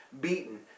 beaten